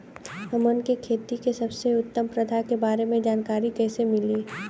हमन के खेती में सबसे उत्तम प्रथा के बारे में जानकारी कैसे मिली?